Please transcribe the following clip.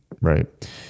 right